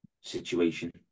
situation